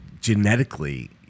genetically